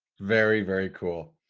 very, very cool.